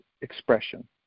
expression